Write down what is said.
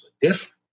different